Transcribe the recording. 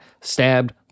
stabbed